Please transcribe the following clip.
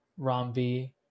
Romby